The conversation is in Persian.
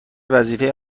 وظیفه